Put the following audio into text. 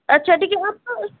अच्छा ठीक है आपका